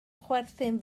chwerthin